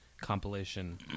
compilation